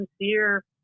sincere